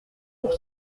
pour